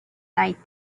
night